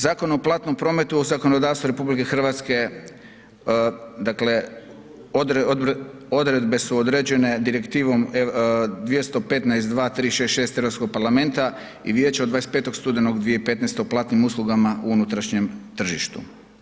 Zakon o platnom prometu u zakonodavstvo RH odredbe su određene Direktivom 2152366 Europskog parlamenta i Vijeća od 25. studenog 2015. o platnim uslugama u unutrašnjem tržištu.